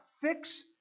fix